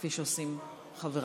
כפי שעושים חבריי.